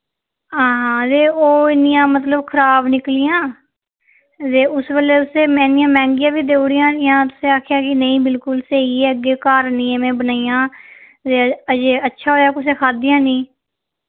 हां ते ओह् इन्नियां मतलब खराब निकलियां ते उस बेल्लै तुस इन्नियां मैहंगियां बी देऊड़ियां हियां तुसें आखेआ कि नेईं बिल्कुल स्हेई ऐ अग्गे घर आह्निये मैं बनाइयां ते एह् अच्छा होआ कुसै खादियां नेईं